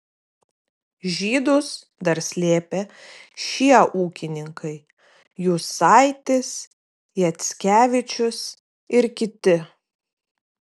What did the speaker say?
žydus dar slėpė šie ūkininkai jusaitis jackevičius ir kiti